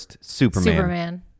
Superman